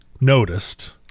noticed